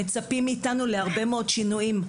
מצפים מאיתנו להרבה מאוד שינויים.